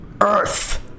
Earth